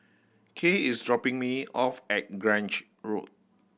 Kay is dropping me off at Grange Road